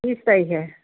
বিছ তাৰিখে